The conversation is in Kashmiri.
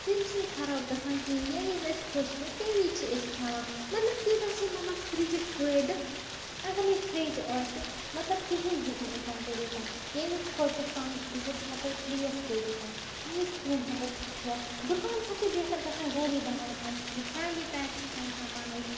تِم چھِنہٕ خراب گژھان کِہیٖنۍ ییٚمہِ وِزِ اَسہِ خۄش کرِ تَمہِ وِزِ چھِ أسۍ کھیٚوان مطلب تیوٗتاہ چھُ مطلب فرجُک فٲیدٕ اَگر نہٕ یہِ فرج آسہِ مطلب کِہیٖنۍ ہیٚکہِ نہٕ اِنسان کٔرِتھ ییٚمہِ وِزِ خۄش گژھِ پَنٕنِس فرجَس ہیٚکو تریش کٔڑتھ اَیِس کریٖم ہیٚکَو کھیٚتھ دُکان کھۄتہٕ چھُ بہتر گژھان گرے بَناوُن آیِس کریٖم فیملی پیک چھُ ہیٚکان اِنسان بَنٲوِتھ